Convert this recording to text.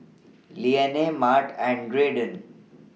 Lennie Mart and Graydon